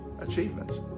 achievements